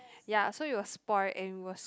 ya so it was spoil and it was